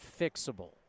fixable